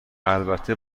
البته